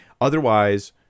otherwise